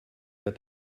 that